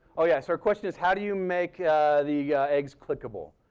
oh, yeah. so her question's how do you make the eggs clickable?